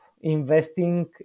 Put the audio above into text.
investing